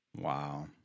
Wow